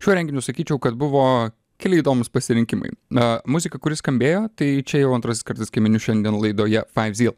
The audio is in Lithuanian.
šiuo renginiu sakyčiau kad buvo keli įdomūs pasirinkimai na muzika kuri skambėjo tai čia jau antrasis kartas kai miniu šiandien laidoje faiv zyl